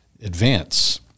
Advance